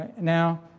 Now